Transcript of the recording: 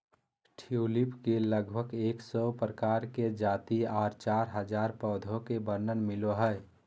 tulip के लगभग एक सौ प्रकार के जाति आर चार हजार पौधा के वर्णन मिलो हय